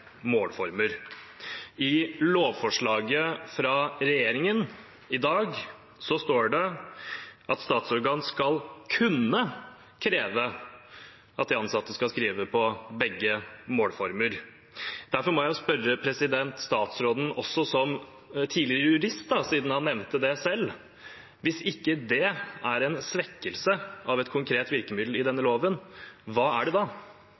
målformer. Derfor må jeg spørre statsråden, som er tidligere jurist, siden han nevnte det selv: Hvis ikke det er en svekkelse av et konkret virkemiddel i denne loven, hva er det da?